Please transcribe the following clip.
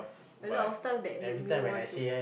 a lot of stuff that make me want to